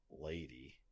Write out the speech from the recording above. lady